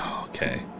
Okay